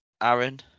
Aaron